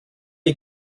est